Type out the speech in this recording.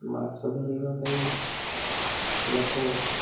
ମାଛ ଧରିବା ପାଇଁ ଲୋକ